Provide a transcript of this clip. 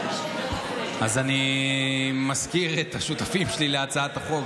אז אני מזכיר את השותפים שלי להצעת החוק,